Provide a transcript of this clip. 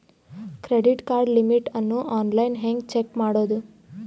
Credit card limit ಅನ್ನು online ಹೆಂಗ್ check ಮಾಡೋದು?